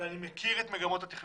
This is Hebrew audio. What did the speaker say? ואני מכיר את מגמות התכנון.